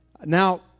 Now